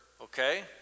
okay